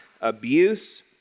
abuse